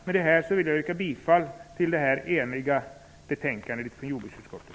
Med det anförda vill jag yrka bifall till utskottets hemställan i detta enhälliga betänkande från jordbruksutskottet.